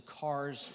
cars